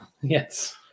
Yes